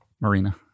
Marina